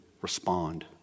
respond